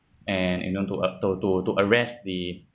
and you know to a~ to to to arrest the